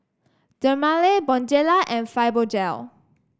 Dermale Bonjela and Fibogel